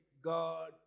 God